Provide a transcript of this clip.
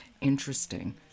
Interesting